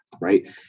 right